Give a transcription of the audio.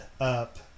up